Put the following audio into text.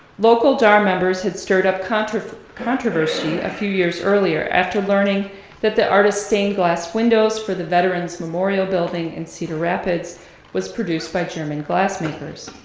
local dar members had stirred up controversy controversy a few years earlier after learning that the artist's stained glass windows for the veteran's memorial building in cedar rapids was produced by german glass makers.